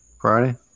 Friday